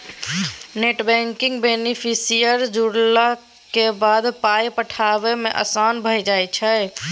net banking सँ beneficiary जोड़लाक बाद पाय पठायब आसान भऽ जाइत छै